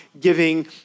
giving